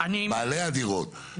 בעלי הדירות,